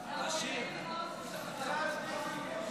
ותיכנס לספר החוקים.